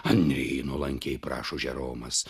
anry nuolankiai prašo žeromas